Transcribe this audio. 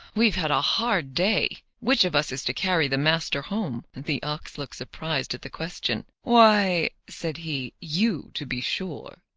we've had a hard day which of us is to carry the master home? the ox looked surprised at the question. why, said he, you, to be sure,